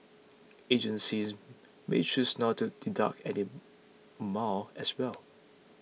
agencies may choose not to deduct any amount as well